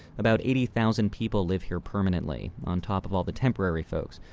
about eighty thousand people live here permanently on top of all the temporary folks,